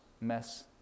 mess